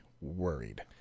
worried